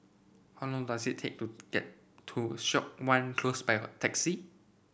how long does it take to get to Siok Wan Close by taxi